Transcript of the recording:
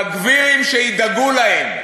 בגבירים שידאגו להם.